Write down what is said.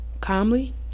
Calmly